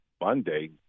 Monday